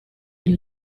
agli